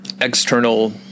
external